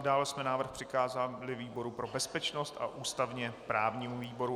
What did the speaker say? Dále jsme návrh přikázali výboru pro bezpečnost a ústavněprávnímu výboru.